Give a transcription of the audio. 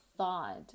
thought